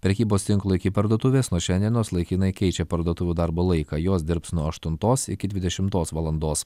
prekybos tinklo iki parduotuvės nuo šiandienos laikinai keičia parduotuvių darbo laiką jos dirbs nuo aštuntos iki dvidešimtos valandos